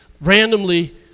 randomly